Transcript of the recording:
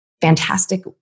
fantastic